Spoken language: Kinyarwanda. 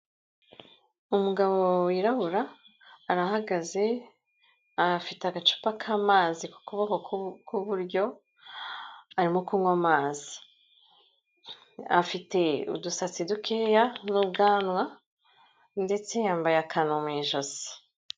Umugabo wirabura arahagaze, afite agacupa k'amazi ku kuboko kw'iburyo arimo kunywa amazi, afite udusatsi dukeya n'ubwanwa, ndetse yambaye akantu mu ijosi.